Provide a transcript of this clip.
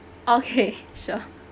okay sure